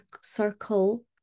circle